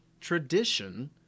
tradition